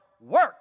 work